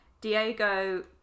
Diego